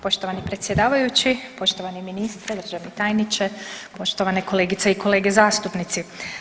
Poštovani predsjedavajući, poštovani ministre, državni tajniče, poštovane kolegice i kolege zastupnici.